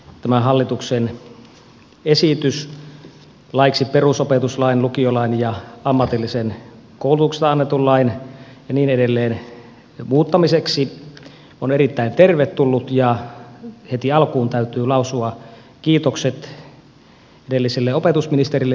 tämä hallituksen esitys laeiksi perusopetuslain lukiolain ammatillisesta koulutuksesta annetun lain ja niin edelleen muuttamiseksi on erittäin tervetullut ja heti alkuun täytyy lausua kiitokset edelliselle opetusministerille joka tämän lain on valmistellut